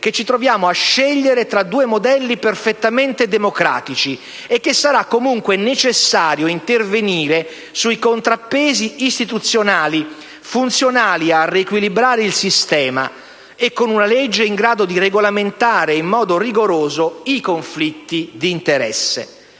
che ci troviamo a scegliere tra due modelli perfettamente democratici e che sarà comunque necessario intervenire sui contrappesi istituzionali funzionali a riequilibrare il sistema e con una legge in grado di regolamentare in modo rigoroso i conflitti di interesse.